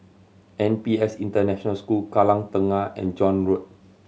N P S International School Kallang Tengah and John Road